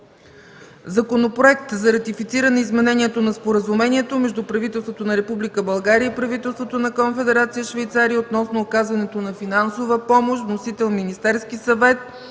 Законопроект за ратифициране Изменението на Споразумението между правителството на Република България и правителството на Конфедерация Швейцария относно оказването на финансова помощ. Вносител – Министерският съвет.